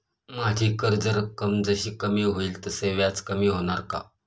माझी कर्ज रक्कम जशी कमी होईल तसे व्याज कमी होणार का?